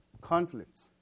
Conflicts